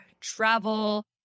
travel